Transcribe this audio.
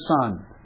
son